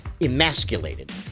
emasculated